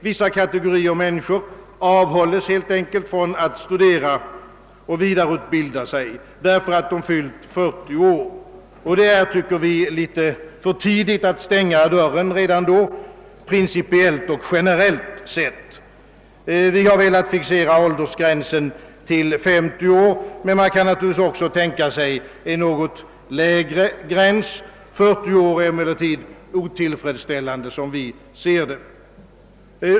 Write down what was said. Vissa kategorier människor avhålls från att studera och vidareutbilda sig, helt enkelt därför att de fyllt 40 år. Vi tycker, att det är för tidigt att stänga dörren redan då, principiellt och generellt sett. Vi har velat fixera åldersgränsen till 50 år, men man kan naturligtvis även tänka sig en något lägre gräns. 40 år är emellertid otillfredsställande, som vi ser det.